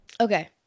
Okay